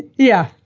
yeah.